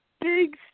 big